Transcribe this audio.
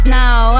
now